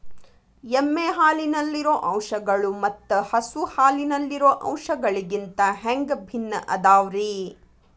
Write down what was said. ಎಮ್ಮೆ ಹಾಲಿನಲ್ಲಿರೋ ಅಂಶಗಳು ಮತ್ತ ಹಸು ಹಾಲಿನಲ್ಲಿರೋ ಅಂಶಗಳಿಗಿಂತ ಹ್ಯಾಂಗ ಭಿನ್ನ ಅದಾವ್ರಿ?